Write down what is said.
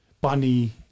Bunny